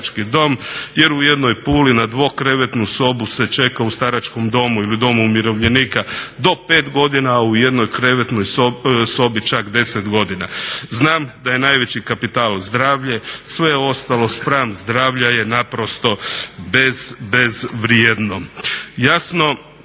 u starački dom jer u jednoj Puli na dvokrevetnu sobu se čeka u staračkom domu ili u domu umirovljenika do pet godina, a u jednoj krevetnoj sobi čak 10 godina. Znam da je najveći kapital zdravlje, sve ostalo spram zdravlja je naprosto bezvrijedno.